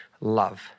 love